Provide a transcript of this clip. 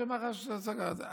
וזה מח"ש, ומח"ש סגר את זה.